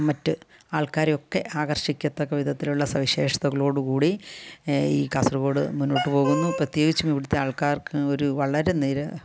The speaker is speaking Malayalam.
മറ്റ് ആൾക്കാരെ ഒക്കെ ആകർഷിക്കത്തക്ക വിധത്തിലുള്ള സവിശേഷതകളോട് കൂടി ഈ കാസർഗോഡ് മുന്നോട്ട് പോകുന്നു പ്രത്യേകിച്ചും ഇവടുത്തെ ആൾക്കാർക്ക് ഒരു വളരെ നിര